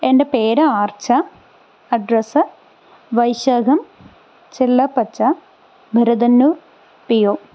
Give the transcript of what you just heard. എൻ്റെ പേര് Archa address Vaishakham Chellapacha Bharathannur P O